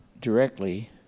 directly